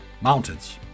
Mountains